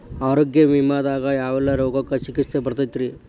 ಆರೋಗ್ಯ ವಿಮೆದಾಗ ಯಾವೆಲ್ಲ ರೋಗಕ್ಕ ಚಿಕಿತ್ಸಿ ಬರ್ತೈತ್ರಿ?